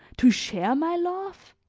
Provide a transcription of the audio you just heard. to share my love?